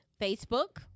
Facebook